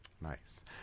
Nice